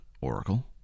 Oracle